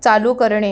चालू करणे